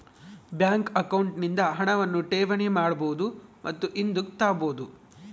bank account ನಿಂದ ಹಣವನ್ನು ಠೇವಣಿ ಮಾಡಬಹುದು ಮತ್ತು ಹಿಂದುಕ್ ತಾಬೋದು